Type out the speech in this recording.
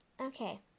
okay